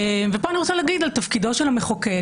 ופה אני רוצה לגיד על תפקידו של המחוקק.